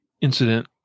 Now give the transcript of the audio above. incident